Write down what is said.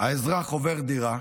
האזרח עובר דירה,